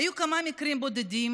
היו כמה מקרים בודדים,